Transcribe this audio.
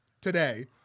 today